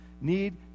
need